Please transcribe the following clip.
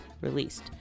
released